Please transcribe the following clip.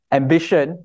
ambition